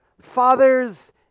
fathers